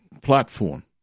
platform